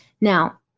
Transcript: now